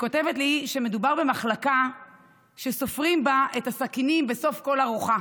היא כותבת לי שמדובר במחלקה שסופרים בה את הסכינים בסוף כל ארוחה